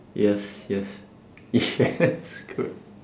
yes yes yes good